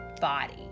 body